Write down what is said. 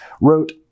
wrote